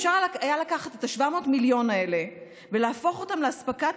אפשר היה לקחת את ה-700 מיליון האלה ולהפוך אותם לאספקת